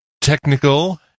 technical